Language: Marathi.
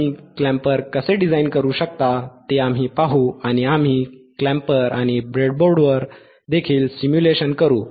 तुम्ही क्लॅम्पर कसे डिझाइन करू शकता ते आम्ही पाहू आणि आम्ही क्लॅम्पर आणि ब्रेडबोर्डवर देखील सिम्युलेशन करू